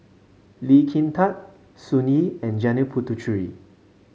Lee Kin Tat Sun Yee and Janil Puthucheary